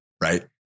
right